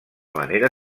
manera